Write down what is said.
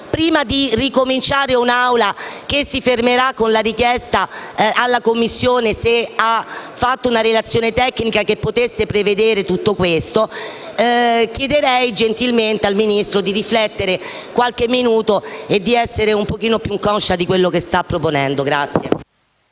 una discussione in Aula che si fermerà con la richiesta alla 5a Commissione di fornire una relazione tecnica che possa prevedere tutto questo, chiederei gentilmente al Ministro di riflettere qualche minuto e di essere un po' più conscia di quanto sta proponendo.